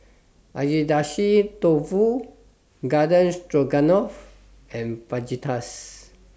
Agedashi Dofu Garden Stroganoff and Fajitas